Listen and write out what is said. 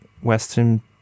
Western